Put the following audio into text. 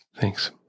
Thanks